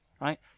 Right